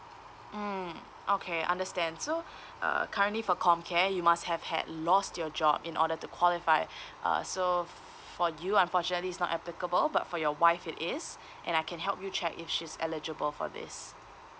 mm okay understand so uh currently for comcare you must have had lost your job in order to qualify uh so for you unfortunately it's not applicable but for your wife it is and I can help you check if she's eligible for this